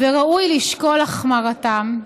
וראוי לשקול החמרתם,